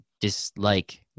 dislike